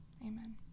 amen